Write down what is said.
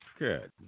Good